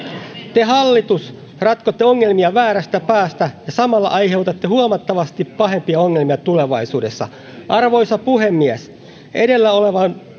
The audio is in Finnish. te hallitus ratkotte ongelmia väärästä päästä ja samalla aiheutatte huomattavasti pahempia ongelmia tulevaisuudessa arvoisa puhemies edellä olevan